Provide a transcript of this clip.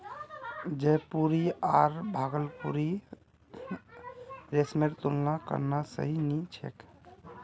जयपुरी आर भागलपुरी रेशमेर तुलना करना सही नी छोक